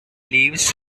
leaves